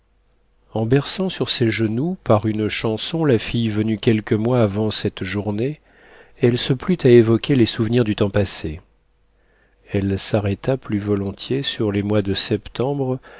en berçant sur ses genoux par une chanson la fille venue quelques mois avant cette journée elle se plut à évoquer les souvenirs du temps passé elle s'arrêta plus volontiers sur les mois de septembre